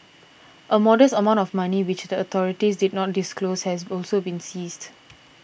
a modest amount of money which the authorities did not disclose has also been seized